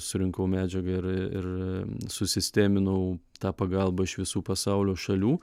surinkau medžiagą ir ir susistėminau tą pagalbą iš visų pasaulio šalių